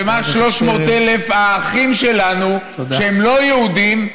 ומה עם 300,000 האחים שלנו שהם לא יהודים,